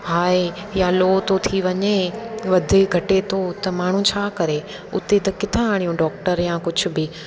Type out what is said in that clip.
हाए या लो थो थी वञे वधे घटे थो त माण्हू छा करे उते त किथां आणियूं डॉक्टर या कुझु बि